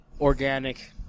organic